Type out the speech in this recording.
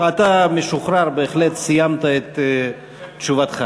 אתה משוחרר בהחלט, סיימת את תשובתך.